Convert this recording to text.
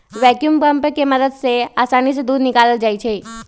vacuum pump के मदद से आसानी से दूध निकाकलल जाइ छै